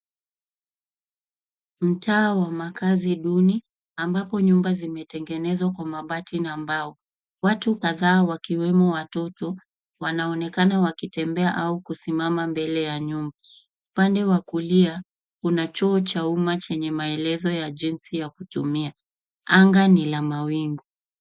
Mtaa wa makazi duni ambapo nyumba zimetengenezwa kwa mabati na mbao. Watu kadhaa wakiwemo watoto wanaonekana wakitembea au kusimama mbele ya nyumba. Upande wa kulia kuna choo cha umma chenye maelezo ya jinsi ya kutumia. Anga ni la mawingu.